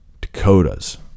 Dakotas